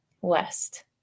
West